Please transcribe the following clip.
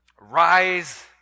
rise